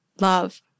love